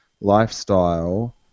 lifestyle